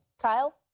kyle